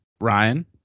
Ryan